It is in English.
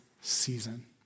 season